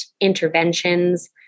interventions